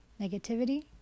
negativity